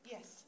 Yes